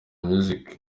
umuziki